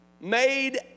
made